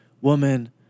woman